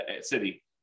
city